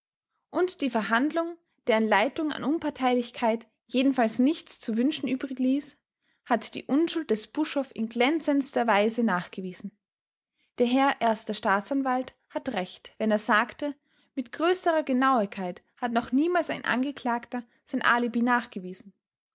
und die verhandlung deren leitung an unparteilichkeit jedenfalls nichts zu wünschen übrigließ hat die unschuld des buschhoff in glänzendster weise nachgewiesen der herr erste staatsanwalt hat recht wenn er sagte mit größerer genauigkeit hat noch niemals ein angeklagter sein alibi nachgewiesen